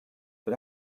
but